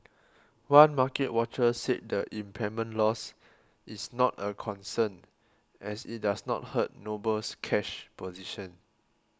one market watcher said the impairment loss is not a concern as it does not hurt Noble's cash position